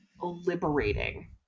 liberating